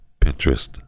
pinterest